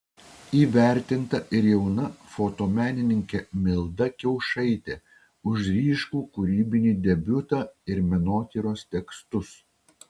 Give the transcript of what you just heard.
įvertinta ir jauna fotomenininkė milda kiaušaitė už ryškų kūrybinį debiutą ir menotyros tekstus